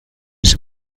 ese